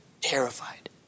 terrified